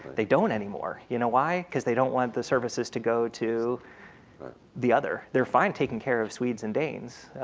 they don't anymore you know why because they don't want the services to go to the other they're fine taking care of swedes and danes,